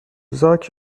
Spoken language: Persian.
زاک